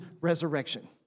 resurrection